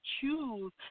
choose